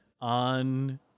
on